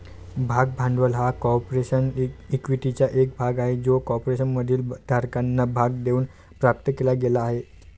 भाग भांडवल हा कॉर्पोरेशन इक्विटीचा एक भाग आहे जो कॉर्पोरेशनमधील भागधारकांना भाग देऊन प्राप्त केला गेला आहे